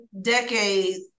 decades